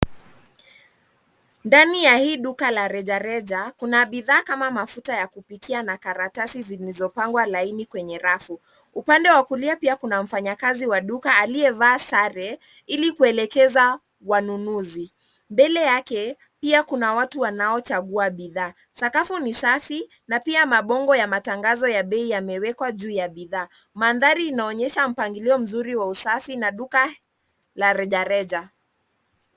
Ndani ya hii duka la rejareja, kuna bidhaa kama mafuta ya kupikia, na karatasi zilizopangwa laini kwenye rafu. Upande wa kulia pia kuna mfanyakazi wa duka aliyevaa sare, ili kuelekeza wanunuzi. Mbele yake, pia kuna watu wanaochagua bidhaa. Sakafu ni safi, na pia mabango ya matangazo ya bei yamewekwa juu ya bidhaa. Mandhari inaonyesha mpangilio mzuri wa usafi, na duka la rejareja.